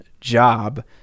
job